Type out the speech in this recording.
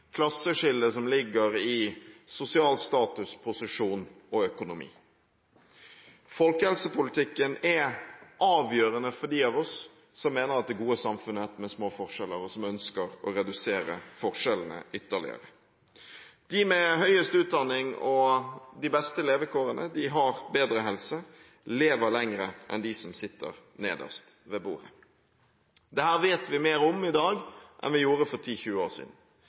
klasseskille som ligger i sosial status, posisjon og økonomi. Folkehelsepolitikken er avgjørende for dem av oss som mener at det gode samfunn er det med små forskjeller, og som ønsker å redusere forskjellene ytterligere. De med høyest utdanning og de beste levekårene, har bedre helse og lever lenger enn de som sitter nederst ved bordet. Dette vet vi mer om i dag enn vi gjorde for 10–20 år siden.